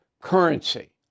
currency